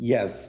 Yes